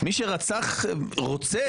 מי שרוצץ את הגולגולת?